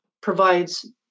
provides